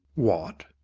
what?